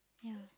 ya